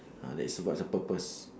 ah that's what's the purpose